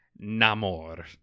Namor